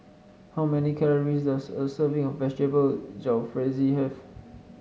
how many calories does a serving of Vegetable Jalfrezi have